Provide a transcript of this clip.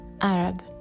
Arab